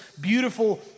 beautiful